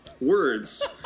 words